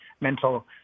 mental